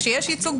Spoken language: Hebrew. כשיש ייצוג,